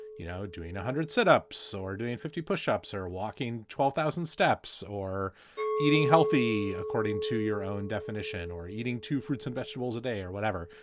you know, doing one hundred sit ups or doing fifty pushups or walking twelve thousand steps or eating healthy according to your own definition, or eating two fruits and vegetables a day or whatever.